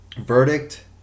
verdict